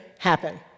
happen